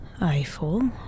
Eiffel